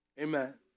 amen